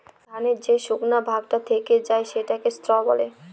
ধানের যে শুকনা ভাগটা থেকে যায় সেটাকে স্ত্র বলে